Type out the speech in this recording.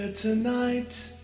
Tonight